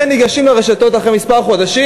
וניגשים לרשתות אחרי מספר חודשים.